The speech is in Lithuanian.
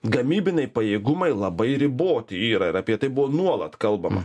gamybiniai pajėgumai labai riboti yra ir apie tai buvo nuolat kalbama